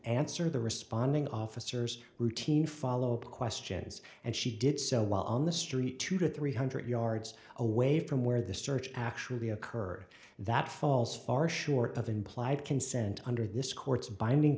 answer the responding officers routine follow up questions and she did so while on the street two to three hundred yards away from where the search actually occurred that falls far short of implied consent under this court's binding